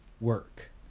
work